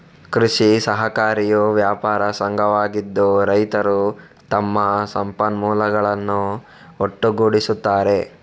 ಕೃಷಿ ಸಹಕಾರಿಯು ವ್ಯಾಪಾರ ಸಂಘವಾಗಿದ್ದು, ರೈತರು ತಮ್ಮ ಸಂಪನ್ಮೂಲಗಳನ್ನು ಒಟ್ಟುಗೂಡಿಸುತ್ತಾರೆ